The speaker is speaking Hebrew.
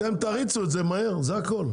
אתם תריצו את זה מהר, זה הכל.